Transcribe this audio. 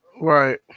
Right